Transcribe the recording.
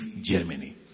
Germany